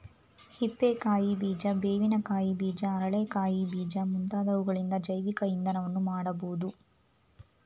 ಹಿಪ್ಪೆ ಕಾಯಿ ಬೀಜ, ಬೇವಿನ ಕಾಯಿ ಬೀಜ, ಅರಳೆ ಕಾಯಿ ಬೀಜ ಮುಂತಾದವುಗಳಿಂದ ಜೈವಿಕ ಇಂಧನವನ್ನು ಮಾಡಬೋದು